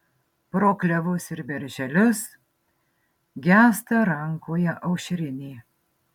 pro klevus ir berželius gęsta rankoje aušrinė